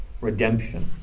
redemption